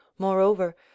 Moreover